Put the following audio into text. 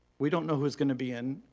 we don't know who's gonna be in,